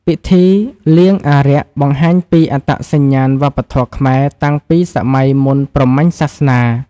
ពិធីលៀងអារក្សបង្ហាញពីអត្តសញ្ញាណវប្បធម៌ខ្មែរតាំងពីសម័យមុនព្រហ្មញ្ញសាសនា។